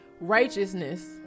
Righteousness